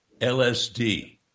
LSD